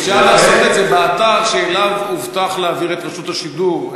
אפשר לעשות את זה באתר שאליו הובטח להעביר את רשות השידור,